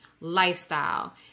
lifestyle